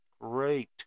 Great